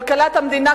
כלכלת המדינה,